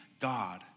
God